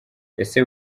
ese